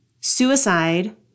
suicide